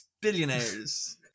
billionaires